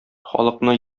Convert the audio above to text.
халыкны